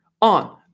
on